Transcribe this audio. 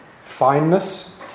fineness